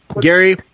Gary